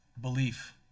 Belief